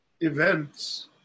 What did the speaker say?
events